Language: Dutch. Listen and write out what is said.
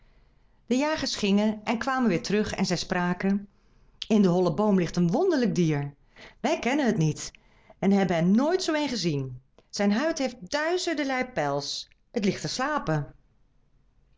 de jagers gingen en kwamen weêr terug en zij spraken in den hollen boom ligt een wonderlijk dier wij kennen het niet en hebben er nooit zoo een gezien zijn huid heeft duizenderlei pels het ligt te slapen